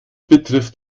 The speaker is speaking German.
betrifft